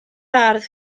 ardd